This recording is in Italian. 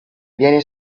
viene